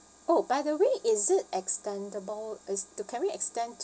oh by the way is it extendable as to can we extend